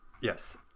Yes